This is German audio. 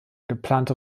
geplante